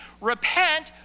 repent